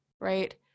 right